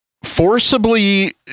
forcibly